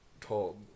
told